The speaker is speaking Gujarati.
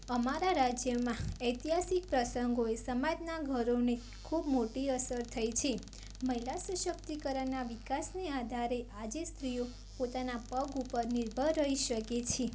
અમારા રાજ્યમાં ઐતિહાસિક પ્રસંગોએ સમાજનાં ઘરોને ખૂબ મોટી અસર થઈ છે મહિલા સશક્તિકરણના વિકાસને આધારે આજે સ્ત્રીઓ પોતાના પગ ઉપર નિર્ભર રહી શકે છે